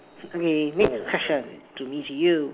okay next question to me to you